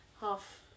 half